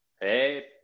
Hey